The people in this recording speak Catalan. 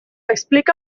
explica